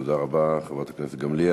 תודה רבה, חברת הכנסת גמליאל.